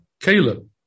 Caleb